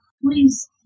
Please